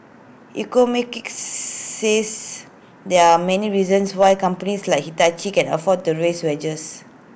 says there are many reasons why companies like Hitachi can afford to raise wages